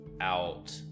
out